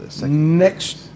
Next